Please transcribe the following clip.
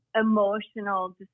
emotional